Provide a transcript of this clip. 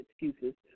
excuses